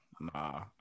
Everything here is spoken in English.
Nah